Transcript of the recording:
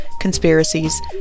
conspiracies